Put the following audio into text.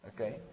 Okay